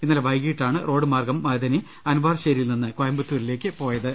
ഇന്നലെ വൈകിട്ടാണ് റോഡ് മാർഗ്ഗം മദനി അൻവാർശേരിയിൽ നിന്ന് കോയമ്പത്തൂരിലേക്ക് പോയത്